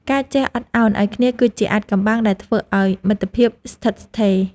ការចេះអត់ឱនឱ្យគ្នាគឺជាអាថ៌កំបាំងដែលធ្វើឱ្យមិត្តភាពស្ថិតស្ថេរ។